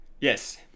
Yes